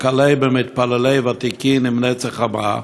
וכלה במתפללים ותיקין עם הנץ החמה,